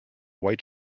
white